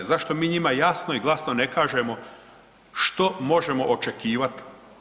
Zašto mi njima jasno i glasno ne kažemo što možemo očekivati?